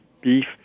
beef